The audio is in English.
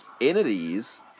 entities